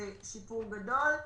שזה שיפור גדול.